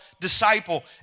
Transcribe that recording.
disciple